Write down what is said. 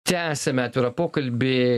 tęsiame atvirą pokalbį